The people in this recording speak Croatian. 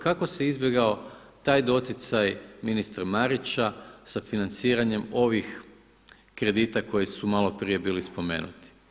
Kako se izbjegao taj doticaj ministra Marića sa financiranjem ovih kredita koji su malo prije bili spomenuti?